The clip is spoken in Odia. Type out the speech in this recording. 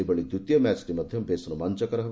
ସେହିଭଳି ଦ୍ୱିତୀୟ ମ୍ୟାଚ୍ଟି ମଧ୍ୟ ବେଶ୍ ରୋମାଞ୍ଚକର ହେବ